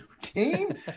team